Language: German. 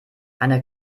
eine